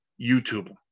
YouTube